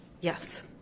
Yes